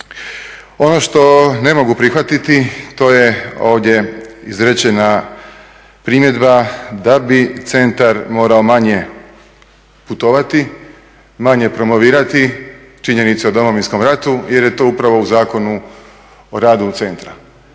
Ono što ne mogu prihvatiti to je ovdje izrečena primjedba da bi centar morao manje putovati, manje promovirati činjenice o Domovinskom ratu, jer je to upravo u Zakonu o radu centra.